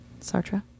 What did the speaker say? Sartre